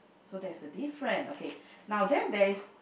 so there's a different okay now then there is